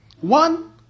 one